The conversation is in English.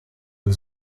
was